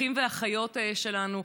אחים ואחיות שלנו,